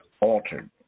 altered